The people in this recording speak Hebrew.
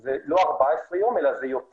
זה לא 14 יום אלא זה יותר.